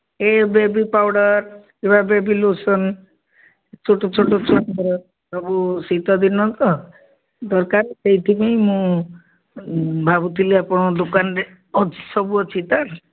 ଏ baby powder କିମ୍ବା baby lotion ଛୋଟ ଛୋଟର ସବୁ ଶୀତଦିନ ତ ଦରକାର ସେଇଥିପାଇଁ ମୁଁ ଭାବୁଥିଲି ଆପଣଙ୍କ ଦୋକାନରେ ଅଛି ସବୁ ଅଛି ତ